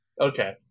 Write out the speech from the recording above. Okay